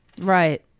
Right